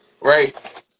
Right